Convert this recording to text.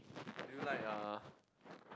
do you like uh